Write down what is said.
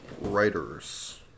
Writers